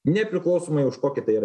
nepriklausomai už kokį tai yra